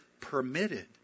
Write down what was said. permitted